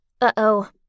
Uh-oh